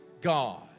God